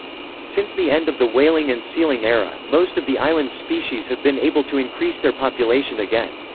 since the end of the whaling and sealing era, most of the islands' species have been able to increase their population again.